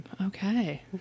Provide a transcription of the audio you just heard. Okay